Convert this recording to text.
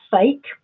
fake